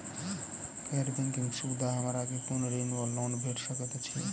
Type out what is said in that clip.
गैर बैंकिंग संबंधित हमरा केँ कुन ऋण वा लोन भेट सकैत अछि?